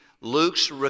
Luke's